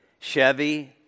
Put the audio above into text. Chevy